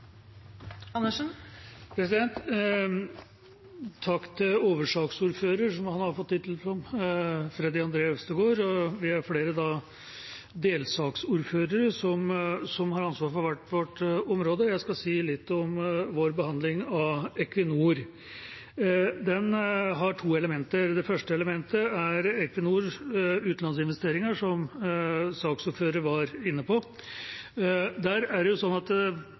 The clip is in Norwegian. flere delsaksordførere som har ansvar for hvert vårt område. Jeg skal si litt om vår behandling av Equinor. Den har to elementer. Det første elementet er Equinors utenlandsinvesteringer, som saksordføreren var inne på. Tidligere behandlet vi i stortingssalen en sak etter statsrådens redegjørelse om de feilslåtte investeringene i USA og for så vidt også det